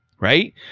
right